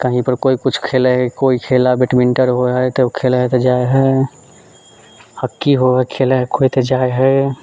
कहींपर कोइ कुछ खेलै हय कोइ खेलै बैडमिंटन होइ हय तऽ उ खेलै हय तऽ जाइ हय हॉकी कोइ हय खेलै तऽ जाइ हय